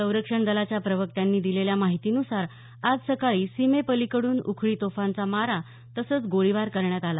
संरक्षण दलाच्या प्रवक्त्यांनी दिलेल्या माहितीनुसार आज सकाळी सीमेपलिकडून उखळी तोफांचा मारा तसंच गोळीबार करण्यात आला